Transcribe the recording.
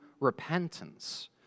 repentance